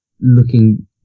looking